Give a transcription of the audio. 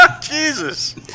Jesus